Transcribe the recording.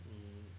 你